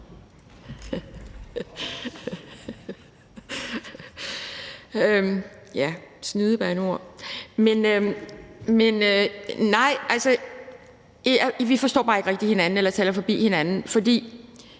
vi forstår bare ikke rigtig hinanden eller taler forbi hinanden.